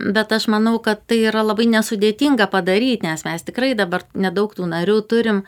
bet aš manau kad tai yra labai nesudėtinga padaryti nes mes tikrai dabar nedaug tų narių turim